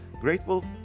grateful